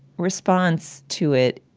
response to it